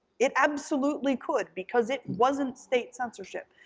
it absolutely could, because it wasn't state censorship.